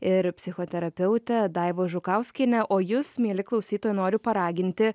ir psichoterapeutė daiva žukauskiene o jus mieli klausytojai noriu paraginti